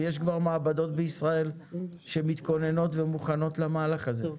ויש כבר מעבדות בישראל שמתכוננות ומוכנות למהלך הזה.